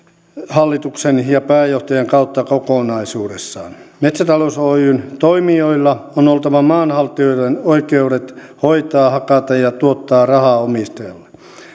hallituksen ja pääjohtajan kautta kokonaisuudessaan metsätalous oyn toimijoilla on on oltava maanhaltijoiden oikeudet hoitaa hakata ja tuottaa rahaa omistajalle